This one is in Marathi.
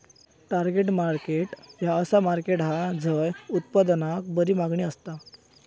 टार्गेट मार्केट ह्या असा मार्केट हा झय उत्पादनाक बरी मागणी असता